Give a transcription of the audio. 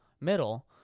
middle –